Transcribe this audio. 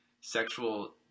sexual